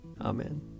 Amen